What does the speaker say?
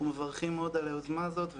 מברכים מאוד על היוזמה הזאת,